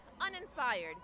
uninspired